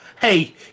hey